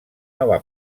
nova